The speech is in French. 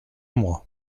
mois